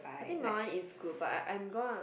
I think my one is good but I I'm gonna